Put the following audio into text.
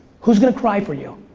who's gonna cry for you?